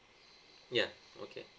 ya okay